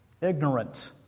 ignorant